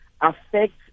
affect